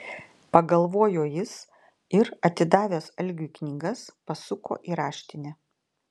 pagalvojo jis ir atidavęs algiui knygas pasuko į raštinę